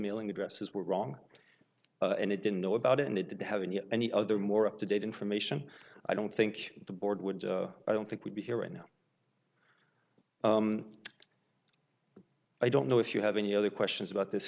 mailing addresses were wrong and it didn't know about it and it did have and yet many other more up to date information i don't think the board would i don't think would be here right now i don't know if you have any other questions about this